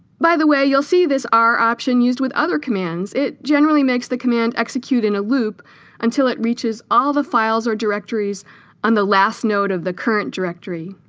by the way you'll see this r option used with other commands it generally makes the command execute in a loop until it reaches all the files or directories on the last node of the current directory